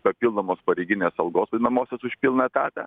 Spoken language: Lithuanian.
papildomos pareiginės algos vadinamosios už pilną etatą